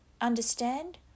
Understand